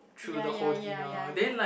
ya ya ya ya ya